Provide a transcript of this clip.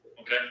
okay